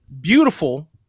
Beautiful